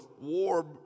war